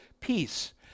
peace